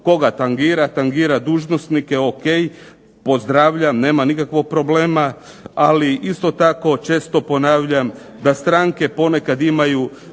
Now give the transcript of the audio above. koga tangira? Tangira dužnosnike, ok pozdravljam, nema nikakvog problema, ali isto tako često ponavljam da stranke ponekad imaju